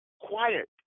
Quiet